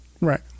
Right